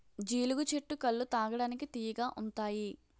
జీలుగు చెట్టు కల్లు తాగడానికి తియ్యగా ఉంతాయి